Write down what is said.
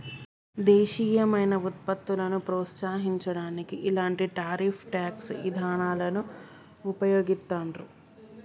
దేశీయమైన వుత్పత్తులను ప్రోత్సహించడానికి ఇలాంటి టారిఫ్ ట్యేక్స్ ఇదానాలను వుపయోగిత్తండ్రు